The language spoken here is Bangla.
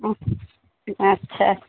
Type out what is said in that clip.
ও আচ্ছা